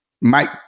Mike